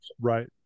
right